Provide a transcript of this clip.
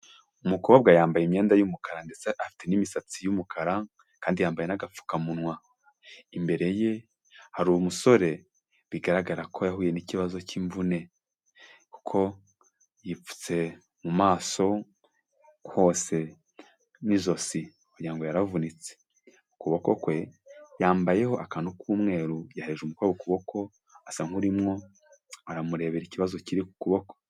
Umukobwa yambaye imyenda y'umukara ndetse afite n'imisatsi y'umukara, kandi yambaye n'agapfukamunwa. Imbere ye hari umusore, bigaragara ko yahuye n'ikibazo cy'imvune. Kuko, yipfutse mu maso hose n'ijosi, kugira ngo yaravunitse. Ku kuboko kwe, yambayeho akantu k'umweru, yahereje umukobwa ukuboko, asa nk'urimwo, aramurebabera ikibazo kiri ku kuboko.